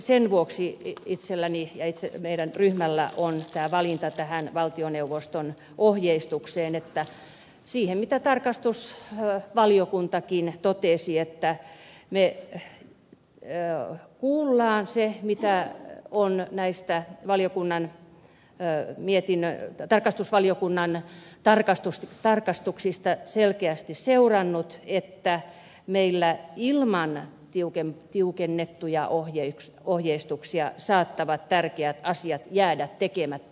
sen vuoksi itselläni ja meidän ryhmällämme on tämä valinta tähän valtioneuvoston ohjeistukseen kuten tarkastusvaliokuntakin totesi että kuullaan se mitä on näistä tarkastusvaliokunnan tarkastuksista selkeästi seurannut että meillä ilman tiukennettuja ohjeistuksia saattavat tärkeät asiat jäädä tekemättä